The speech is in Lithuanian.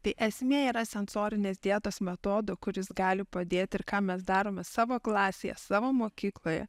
tai esmė yra sensorinės dietos metodo kuris gali padėti ir ką mes darome savo klasėje savo mokykloje